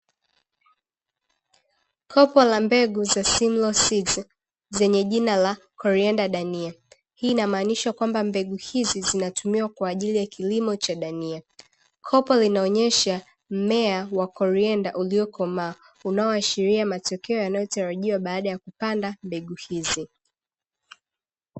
Kopo la mbegu za simla sidi zenye jina la "coriander dania" hii inamaanisha kwamba mbegu hizi zinatumiwa kwa ajili ya kilimo cha dania kopo linaonyesha mmea wa "coriander" uliokomaa unaoashiria matokeo yanayotarajiwa baada ya kupanda mbegu hizi.